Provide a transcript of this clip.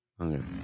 Okay